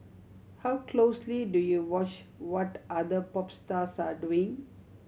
how closely do you watch what other pop stars are doing